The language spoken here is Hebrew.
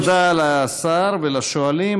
תודה לשר ולשואלים.